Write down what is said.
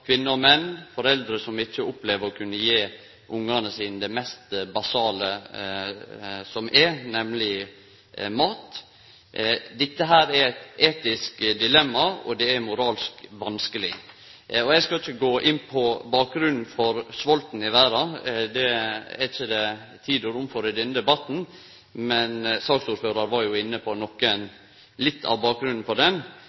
kvinner, menn og foreldre, som opplever ikkje å kunne gje ungane sine det mest basale som er, nemleg mat. Dette er eit etisk dilemma, og det er moralsk vanskeleg. Eg skal ikkje gå inn på bakgrunnen for svolten i verda – det er det ikkje tid og rom for i denne debatten – men saksordføraren var inne på